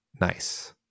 nice